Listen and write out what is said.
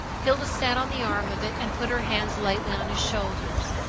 hilda sat on the arm of it and put her hands lightly on his shoulders.